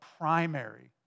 primary